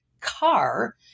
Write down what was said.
car